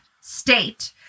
State